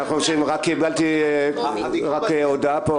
קיבלתי הודעה פה.